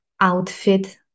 outfit